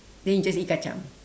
then you just eat kacang